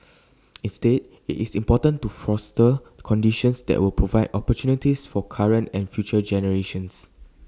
instead IT is important to foster conditions that will provide opportunities for current and future generations